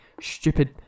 stupid